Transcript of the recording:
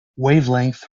wavelength